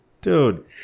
Dude